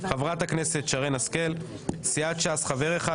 חברת הכנסת שרן השכל; סיעת ש"ס חבר אחד,